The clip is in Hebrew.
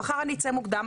מחר אני אצא מוקדם,